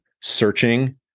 searching